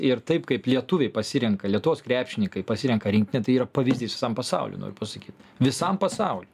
ir taip kaip lietuviai pasirenka lietuvos krepšininkai pasirenka rinkinę tai yra pavyzdys visam pasauliui noriu pasakyt visam pasauliui